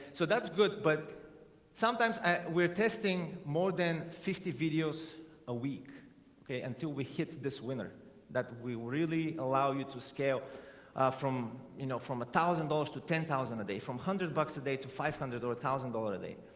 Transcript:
so that's good. but sometimes we're testing more than fifty videos a week okay until we hit this winner that we really allow you to scale from you know from one thousand dollars to ten thousand a day from one hundred bucks a day to five hundred or a thousand dollar a day